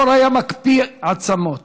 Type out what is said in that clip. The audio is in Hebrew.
הקור היה מקפיא עצמות,